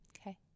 Okay